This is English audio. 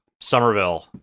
Somerville